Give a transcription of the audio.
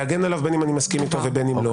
להגן עליו בין אני מסכים איתו ובין לא.